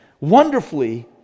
wonderfully